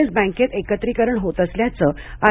S बँकेत एकत्रीकरण होत असल्याचं आर